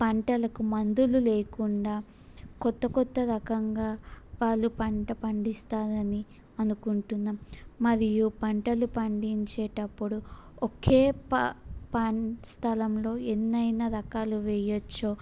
పంటలకు మందులు లేకుండా కొత్త కొత్త రకంగా వాళ్ళు పంట పండిస్తారని అనుకుంటున్నాం మరియు పంటలు పండించేటప్పుడు ఒకే ప ప స్థలంలో ఎన్ని అయిన రకాలు వేయవచ్చు